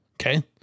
Okay